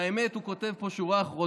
והאמת, הוא כותב פה בשורה האחרונה: